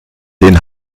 den